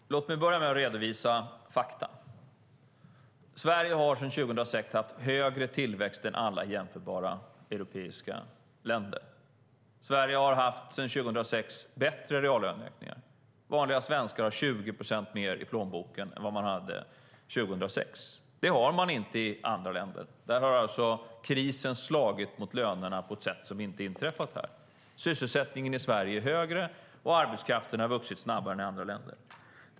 Herr talman! Låt mig börja med att redovisa fakta. Sverige har sedan 2006 haft högre tillväxt än alla jämförbara europeiska länder. Sverige har sedan 2006 haft bättre reallöneökningar. Vanliga svenskar har 20 procent mer i plånboken än vad man hade 2006. Det har man inte i andra länder. Där har krisen slagit mot lönerna på ett sätt som inte inträffat här. Sysselsättningen i Sverige är högre, och arbetskraften har vuxit snabbare än i andra länder.